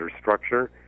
structure